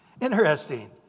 Interesting